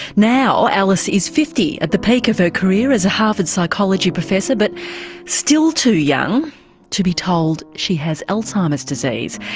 now alice is fifty, at the peak of her career as a harvard psychology professor but still too young to be told she has alzheimer's disease.